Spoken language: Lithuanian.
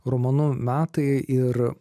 romanu metai ir